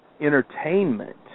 entertainment